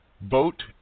Vote